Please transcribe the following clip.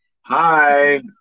Hi